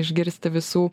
išgirsti visų